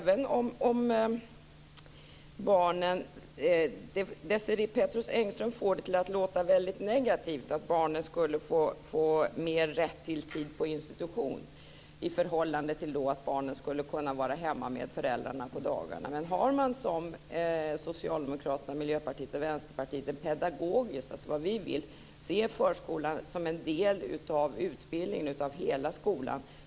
Desirée Pethrus Engström får det att låta väldigt negativt att barnen skulle få rätt till mer tid på institution i förhållande till att barnen skulle kunna vara hemma med föräldrarna på dagarna. Men vi i Socialdemokraterna, Miljöpartiet och Vänsterpartiet vill se förskolan som en del av utbildningen, en del av hela skolan.